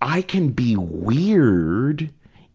i can be weird